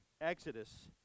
Exodus